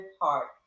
heart